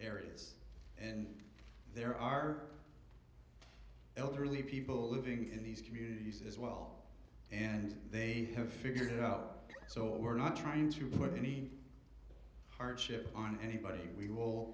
areas and there are elderly people living in these communities as well and they have figured it out so we're not trying to put any hardship on anybody we will